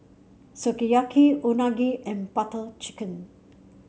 Sukiyaki Unagi and Butter Chicken